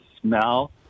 smell